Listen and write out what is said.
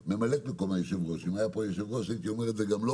ממלאת מקום היושב-ראש אם היה פה היושב-ראש הייתי אומר את זה גם לו